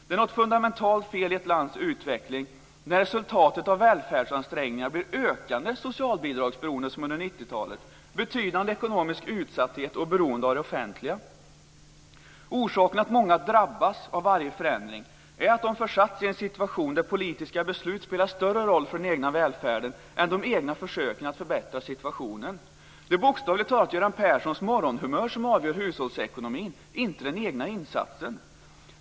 Det är något fundamentalt fel i ett lands utveckling när resultatet av välfärdsansträngningar blir ökande socialbidragsberoende, som under 90-talet, betydande ekonomisk utsatthet och beroende av det offentliga. Orsaken till att många drabbas av varje förändring är att de försatts i en situation där politiska beslut spelar större roll för den egna välfärden än de egna försöken att förbättra situationen. Det är bokstavligt talat Göran Perssons morgonhumör som avgör hushållsekonomin och inte den egna insatsen.